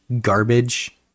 garbage